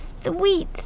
sweet